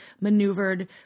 maneuvered